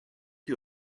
que